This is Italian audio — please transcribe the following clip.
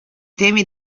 temi